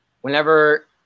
whenever